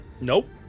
Nope